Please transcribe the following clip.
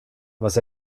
was